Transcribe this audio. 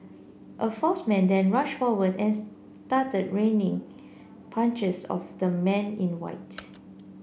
a fourth man then rushed forward and started raining punches of the man in white